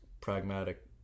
pragmatic